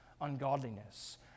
ungodliness